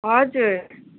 हजुर